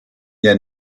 der